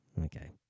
Okay